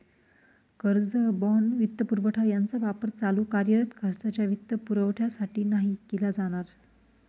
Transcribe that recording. कर्ज, बाँड, वित्तपुरवठा यांचा वापर चालू कार्यरत खर्चाच्या वित्तपुरवठ्यासाठी नाही केला जाणार